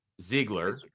Ziegler